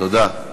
תודה.